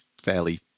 fairly